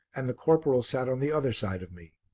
and the corporal sat on the other side of me.